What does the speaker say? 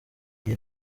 iyi